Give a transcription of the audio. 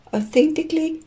Authentically